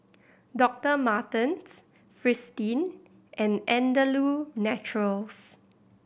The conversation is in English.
Doctor Martens Fristine and Andalou Naturals